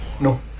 No